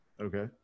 Okay